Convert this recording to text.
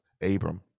Abram